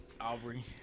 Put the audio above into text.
Aubrey